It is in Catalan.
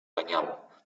penyal